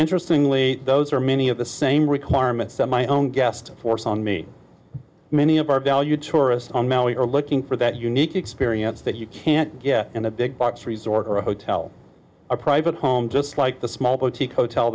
interestingly those are many of the same requirements that my own guest forced on me many of our valued tourists on now we are looking for that unique experience that you can't get in the big box resort or hotel a private home just like the small boutique hotel